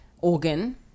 organ